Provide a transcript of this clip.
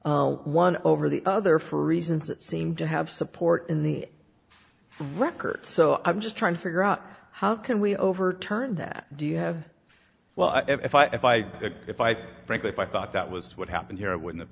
credited one over the other for reasons that seemed to have support in the record so i'm just trying to figure out how can we overturn that do you have a well if i if i frankly if i thought that was what happened here it wouldn't have